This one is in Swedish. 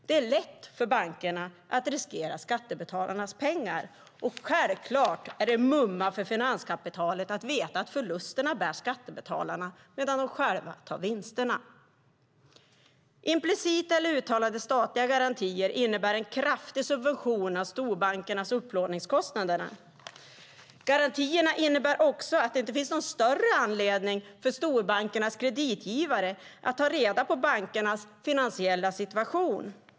Det är lätt för bankerna att riskera skattebetalarnas pengar, och självklart är det mumma för finanskapitalet att veta att skattebetalarna bär förlusterna medan de själva tar vinsterna. Implicita eller uttalade statliga garantier innebär en kraftig subvention av storbankernas upplåningskostnader. Garantierna innebär också att det inte finns någon större anledning för storbankernas kreditgivare att ta reda på bankernas finansiella situation.